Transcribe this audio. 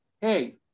hey